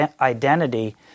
identity